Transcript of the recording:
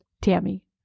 Tammy